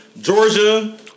Georgia